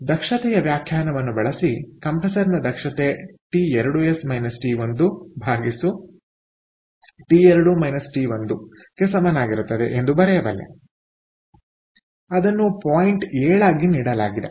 ಆದ್ದರಿಂದದಕ್ಷತೆಯ ವ್ಯಾಖ್ಯಾನವನ್ನು ಬಳಸಿ ಕಂಪ್ರೆಸರ್ನ ದಕ್ಷತೆ T2s T1 T2 T1 ಗೆ ಸಮನಾಗಿರುತ್ತದೆ ಎಂದು ಬರೆಯಬಲ್ಲೆ ಅದನ್ನು ಪಾಯಿಂಟ್ ಏಳಾಗಿ ನೀಡಲಾಗಿದೆ